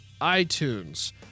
iTunes